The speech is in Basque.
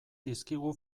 dizkigu